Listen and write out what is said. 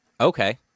Okay